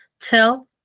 tell